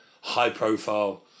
high-profile